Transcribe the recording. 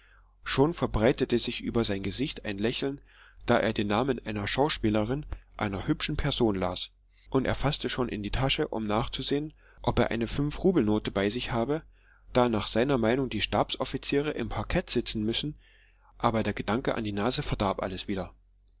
schon verbreitete sich über sein gesicht ein lächeln da er den namen einer schauspielerin einer hübschen person las und er faßte schon in die tasche um nachzusehen ob er eine fünfrubelnote bei sich habe da nach seiner meinung die stabsoffiziere im parkett sitzen müssen aber der gedanke an die nase verdarb alles wieder